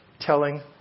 telling